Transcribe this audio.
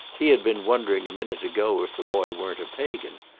he had been wondering a minute ago if the boy weren't a pagan,